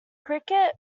cricket